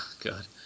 God